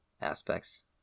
aspects